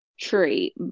tree